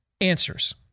answers